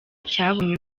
cyabonye